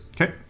Okay